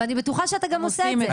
ואני בטוחה שאתה גם עושה את זה.